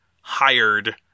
hired